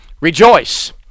Rejoice